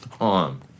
on